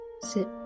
sit